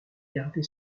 garder